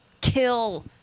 kill